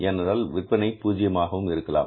ஏனென்றால் விற்பனை பூஜ்ஜியமாக இருக்கலாம்